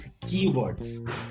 keywords